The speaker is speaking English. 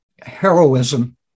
heroism